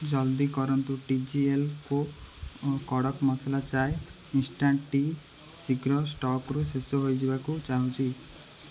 ଜଲ୍ଦି କରନ୍ତୁ ଟିଜିଏଲ୍କୁ କଡ଼କ୍ ମସାଲା ଚାଏ ଇନ୍ଷ୍ଟାଣ୍ଟ୍ ଟି ଶୀଘ୍ର ଷ୍ଟକ୍ରୁ ଶେଷ ହୋଇଯିବାକୁ ଯାଉଛି